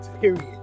period